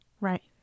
Right